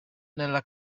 nella